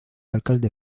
alcalde